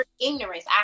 ignorance